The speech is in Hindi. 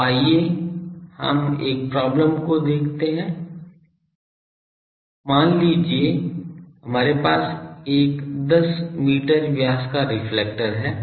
तो आइए हम एक प्रॉब्लम को देखते हैं मान लीजिये हमारे पास एक 10 मीटर व्यास का रिफ्लेक्टर है